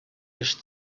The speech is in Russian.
лишь